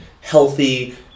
healthy